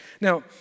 Now